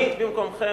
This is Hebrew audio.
אני במקומכם,